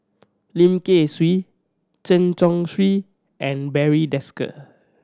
Lim Kay Siu Chen Chong Swee and Barry Desker